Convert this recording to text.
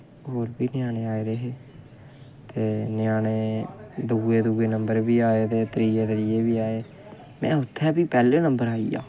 होर बी ञ्याने आए दे हे ते ञ्याने दुऐ दुऐ नंबर बी आए ते त्रियै त्रियै बी आए में उत्थै बी पैह्ले नंबर आई गेआ